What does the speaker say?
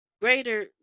greater